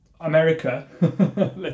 America